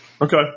Okay